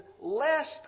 Lest